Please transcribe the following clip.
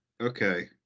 okay